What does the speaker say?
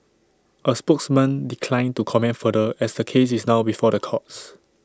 A spokesman declined to comment further as the case is now before the courts